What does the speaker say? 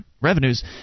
revenues